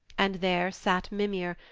and there sat mimir,